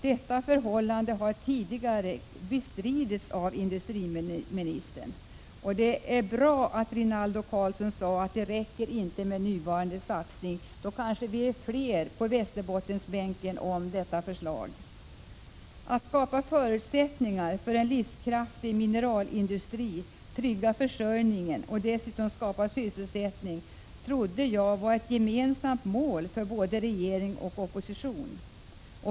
Detta förhållande har tidigare bestridits av industriministern. Det är bra att Rinaldo Karlsson sade att det inte räcker med den nuvarande satsningen. Då kanske vi är fler på Västerbottensbänken som är överens om detta förslag. Att skapa förutsättningar för en livskraftig mineralindustri, trygga försörjningen och dessutom skapa sysselsättning, trodde jag var ett gemensamt mål för både regering och opposition.